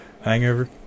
Hangover